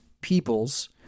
peoples